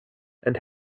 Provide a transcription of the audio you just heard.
and